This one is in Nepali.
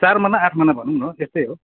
चार माना आठ माना भनौँ न त्यस्तै हो